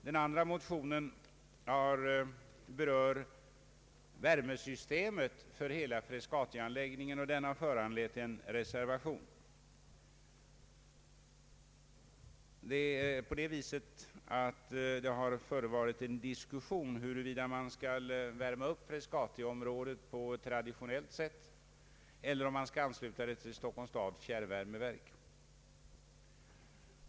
Den andra motionen berör värmesystemet för hela Frescatianläggningen, och den har föranlett en reservation. Det har förevarit en diskussion huruvida värmeförsörjningen inom Frescatiområdet skall ske på traditionellt sätt eller om området skall anslutas till Stockholms stads fjärrvärmeverk.